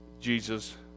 Jesus